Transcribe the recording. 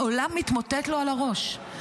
העולם מתמוטט לו על הראש.